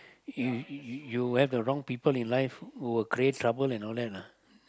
you you have the wrong people in life will create trouble and all that lah